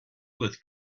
with